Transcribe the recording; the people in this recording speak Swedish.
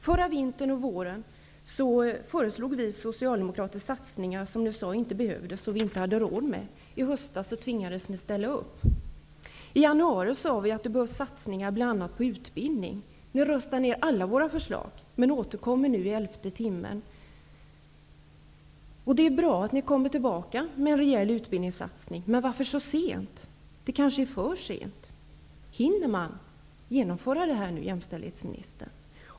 Förra vintern och våren föreslog vi socialdemokrater satsningar som ni sade inte behövdes och som vi inte hade råd med. I höstas tvingades ni att ställa upp. I januari sade vi att det behövdes satsningar bl.a. på utbildning. Ni röstade ned alla våra förslag men återkommer nu i elfte timmen. Det är bra att ni kommer tillbaka med en rejäl utbildningssatsning, men varför så sent? Det kanske är för sent. Hinner man genomföra det här, jämställdhetsministern?